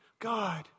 God